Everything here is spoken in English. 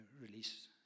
release